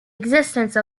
existence